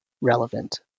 relevant